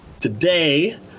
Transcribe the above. Today